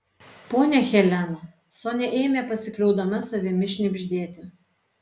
ponia helena sonia ėmė pasikliaudama savimi šnibždėti